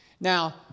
Now